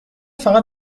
فقط